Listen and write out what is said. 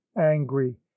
angry